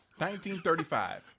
1935